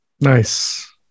Nice